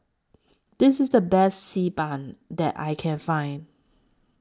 This IS The Best Xi Ban that I Can Find